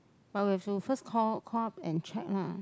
but we have to first call call up and check lah